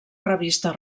revista